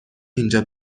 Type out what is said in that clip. اینجا